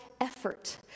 effort